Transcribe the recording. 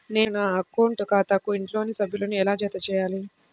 నేను నా అకౌంట్ ఖాతాకు ఇంట్లోని సభ్యులను ఎలా జతచేయాలి?